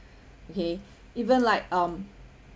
okay even like um